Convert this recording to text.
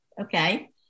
Okay